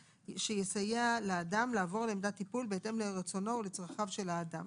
שיסייע לאדם לעבור לעמדת טיפול בהתאם לרצונו ולצרכיו של האדם,